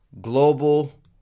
global